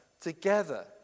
together